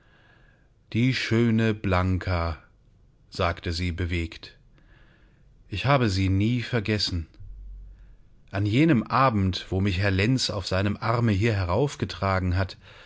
die schöne blanka sagte sie bewegt ich habe sie nie vergessen an jenem abend wo mich herr lenz auf seinem arme hier heraufgetragen hat